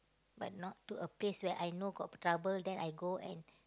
but not to a place where I know got trouble then I go and